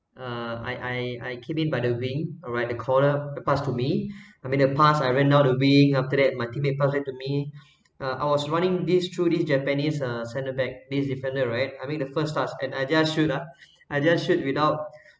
uh I I I cam in by the wing alright the corner passed to me I mean to pass I went down the wing after that my teammate passed back to me uh I was running this through these japanese uh centre back this defender right I mean the first starts and I just shoot ah I just shoot without